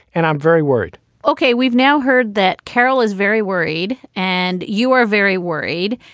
and i'm very worried ok, we've now heard that carol is very worried. and you are very worried.